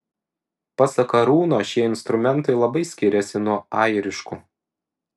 pasak arūno šie instrumentai labai skiriasi nuo airiškų